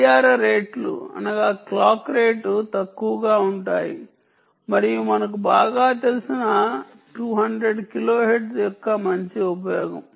గడియార రేట్లు తక్కువగా ఉంటాయి మరియు మనకు బాగా తెలిసిన పరిమిత 200 కిలోహెర్ట్జ్ యొక్క మంచి ఉపయోగం